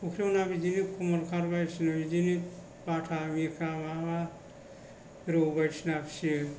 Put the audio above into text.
फुख्रियाव ना खमनखारथ बायदिसिना बिदिनो बाथा मिरखा माबा रौ बायदिसिना फियो